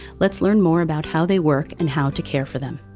let's learn more about how they work and how to care for them.